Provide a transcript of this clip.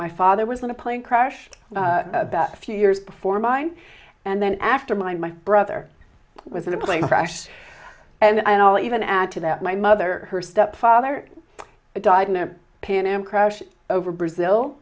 my father was on a plane crash about a few years before mine and then after my brother was in a plane crash and i'll even add to that my mother her stepfather died in a pan am crash over brazil